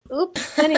oops